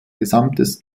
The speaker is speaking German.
gesamtes